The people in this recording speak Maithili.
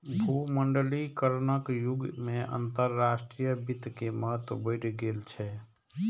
भूमंडलीकरणक युग मे अंतरराष्ट्रीय वित्त के महत्व बढ़ि गेल छै